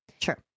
Sure